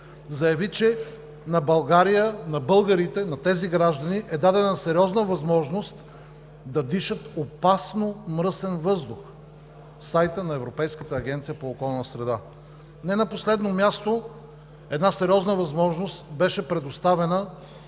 България, на българите, на тези граждани е дадена сериозна възможност да дишат опасно мръсен въздух – сайтът на Европейската агенция по околна среда. Не на последно място, сериозна възможност беше предоставена